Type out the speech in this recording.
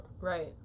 Right